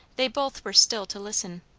they both were still to listen.